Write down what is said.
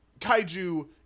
kaiju